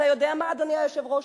אתה יודע מה, אדוני היושב-ראש?